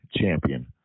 champion